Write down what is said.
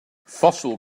fossil